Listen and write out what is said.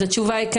אז התשובה היא כן.